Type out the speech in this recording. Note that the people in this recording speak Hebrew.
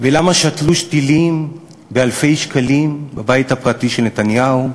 ולמה שתלו שתילים באלפי שקלים בבית הפרטי של נתניהו?